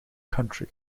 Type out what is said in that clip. country